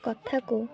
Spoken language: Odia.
କଥାକୁ